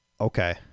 Okay